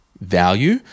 value